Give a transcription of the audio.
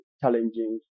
challenging